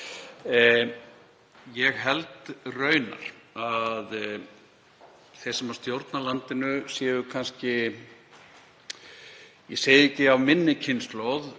Ég held raunar að þeir sem stjórna landinu séu kannski, ég segi ekki af minni kynslóð